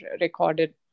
recorded